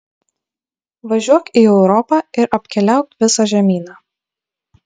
važiuok į europą ir apkeliauk visą žemyną